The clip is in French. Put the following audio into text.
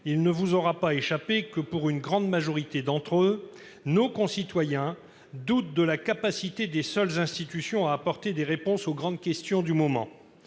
il ne vous aura pas échappé que, pour une grande majorité d'entre eux, nos concitoyens doutent de la capacité des seules institutions à apporter des réponses aux grandes questions du moment.